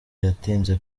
yatinze